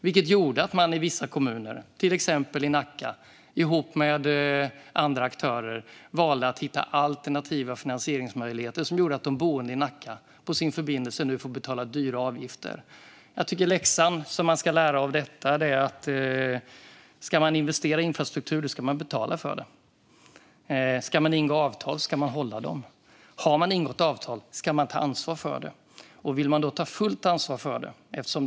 Det gjorde att till exempel Nacka valde att hitta alternativa finansieringsmöjligheter, ihop med andra aktörer, som gjort att de boende i Nacka nu får betala dyra avgifter på sin förbindelse. Jag tycker att läxan att lära av detta är: Ska man investera i infrastruktur ska man betala för det. Ska man ingå avtal ska man hålla det. Har man ingått avtal ska man ta ansvar för det. Vill man ta fullt ansvar för detta?